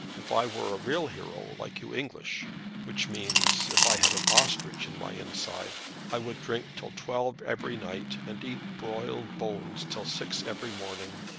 if i were a real hero, like you english which means, if i had an ostrich in my inside i would drink till twelve every night, and eat broiled bones till six every morning.